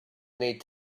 need